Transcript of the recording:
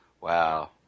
Wow